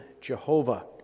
Jehovah